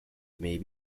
may